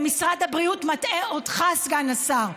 ומשרד הבריאות מטעה אותך, סגן השר.